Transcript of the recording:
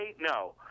no